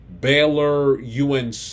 Baylor-UNC